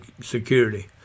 security